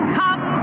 come